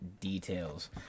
details